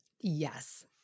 Yes